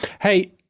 Hey